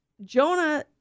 Jonah